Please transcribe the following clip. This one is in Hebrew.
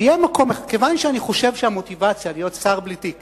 שמכיוון שאני חושב שהמוטיבציה להיות שר בלי תיק